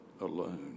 alone